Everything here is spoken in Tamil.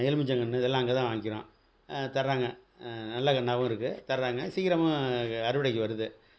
எலுமிச்சங்கன்று இதெல்லாம் அங்கே தான் வாங்க்கிறோம் தர்றாங்க நல்ல கன்றாவும் இருக்குது தர்றாங்க சீக்கிரமாக க அறுவடைக்கு வருது